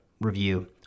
review